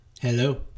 Hello